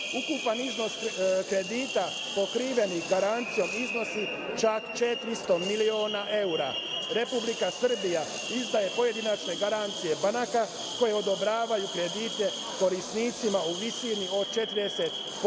iznos kredita pokrivenih garancijom iznosi čak 400 miliona eura. Republika Srbija izdaje pojedinačne garancije banaka koje odobravaju kredite korisnicima u visini od 40%